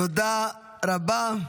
תודה רבה.